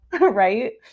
right